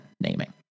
naming